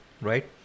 right